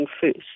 first